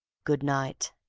good-night!